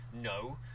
no